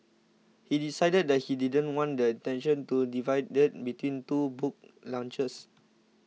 he decided that he didn't want the attention to be divided between two book launches